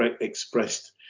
expressed